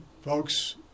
folks